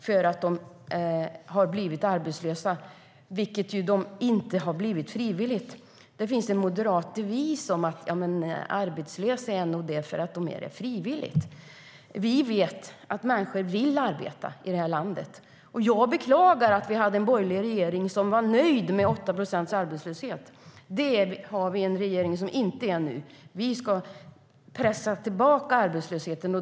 De har inte blivit arbetslösa frivilligt. En moderat devis lyder: De som är arbetslösa är nog det för att de är det frivilligt. Vi vet att människor i det här landet vill arbeta. Jag beklagar att vi hade en borgerlig regering som var nöjd med en arbetslöshet på 8 procent. Det är inte den nuvarande regeringen. Vi ska pressa tillbaka arbetslösheten.